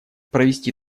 провести